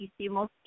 Hicimos